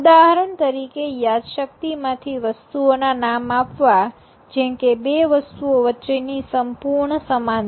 ઉદાહરણ તરીકે યાદશક્તિ માંથી વસ્તુઓના નામ આપવા જેમકે બે વસ્તુઓ વચ્ચેની સંપૂર્ણ સમાનતા